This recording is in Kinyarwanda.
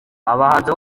abahanzi